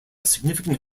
significant